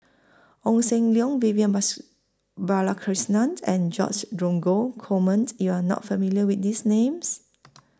Ong SAM Leong Vivian Bus Balakrishnan and George Dromgold Coleman YOU Are not familiar with These Names